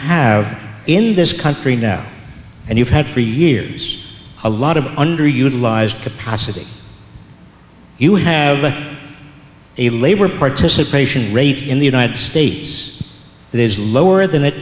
have in this country now and you've had for years a lot of underutilized capacity you have a labor participation rate in the united states that is lower than it